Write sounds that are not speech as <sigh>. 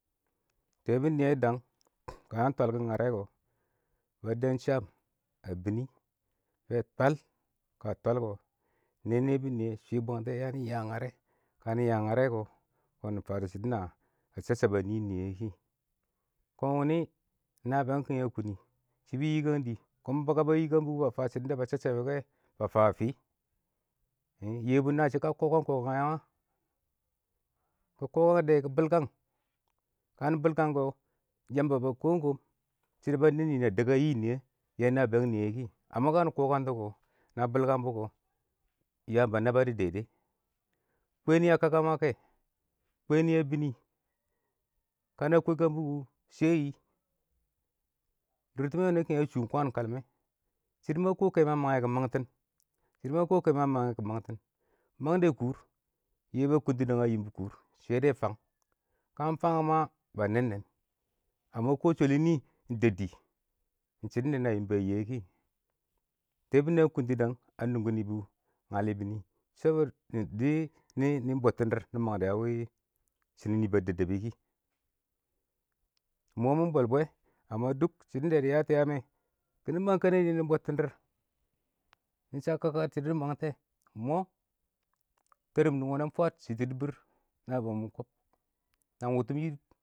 ﻿tɛɛbʊn nɪyɛ dang ka yang twalkɪn ngarɛ kɔ, ba dem sham a bɪnɪ bɪ twal, ka twal kɔ, bɪ nɛ nɛɛbʊnɪyɛ ɪng shɪ shwii bwangtɛ, ya bɪ ya ngarɛ, kɪ bɪ ya ngarɛ kɔn nɪ fatɔ shidɔ na shashabɛ a nɪn nɪyɛ kɪ, kɔn wʊnɪ, nabiyang kɪngnɛ a kʊnɪ shɪbɪ yikang dɪ kɔn kaba yɪkang bʊ kʊ, ba fa shɪdɔn ba chab cha bɛ kɛ, ba fa a fɪ Yebu ɪng na shɪ ka kɔkang kɔkanga wɛ kɪ kɔkang dɛ mkɪnɪ bilkɪkang, yamba ba kɔm kɔ shɪdɔ wɪ na dɪk a nɪ ɪng nɪyɛ, yɛ nabɪyang nɪyɛ kɪ, kɔn ka nɪ kɔkang tʊ kɔ, na bilkang bɔ kɔ, yaam ba naba dɔ <unintelligible> kwɛ nɪ kaka mɛ, kwɛ nɪ a bɪn nɪ, kana kwɛkɪkang bʊ kʊ, shɛ yɪ, dʊrtɪmɛ kɪngɛ a shʊm shɪdɔn kalmɛ, shɪdɔ ma kɔ kɛ mwɛ a mangɛ kɔ, mangtɪn, shɪdɔ ma kɔ kɛmwɛ a mangɛ kɔ mangtɪn, mangdɛ kʊʊr,Yebu a kʊnnɪ dangɛ a yɪmbɔ kʊʊr, shɛ dɛ fanga kamɪ fangɪm a? ba nɛnnɛn <unintelligible> kɔ shɛlɪn nɪ ɪng dɛbdɪ.ɪng shɪdɔn da na yɪmbɔ a yɪ yɛ kɪ,Tɛɛbʊn nɪyɛ a kʊntɪ dang a nungi nɪ bʊ ngalɪ bɪnɪ sho dɪ nɪ bɔttɪn dɪrr nɪ mangdɛ a wɪ shɪnɪn nɪ ba dəb dəb bɪ kɪ ɨng mɔ mɪn bwɛl bwɛ, <unintelligible> shɪdɔn da dɪ yatɔ yammɛ kɪ mang kɛnɛdɪ nɪ bɔttɪn dɪrr, nɪ shak kaka dɪ shɪdɔ nɪ mangtɛ, mɔ tɛɛr mɪn wɛnɛ shɪtɪ yɪdɪ bwɪɪr, nabɪyang mɪn kɔb, nang wʊtʊm.